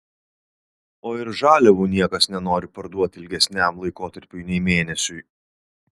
o ir žaliavų niekas nenori parduoti ilgesniam laikotarpiui nei mėnesiui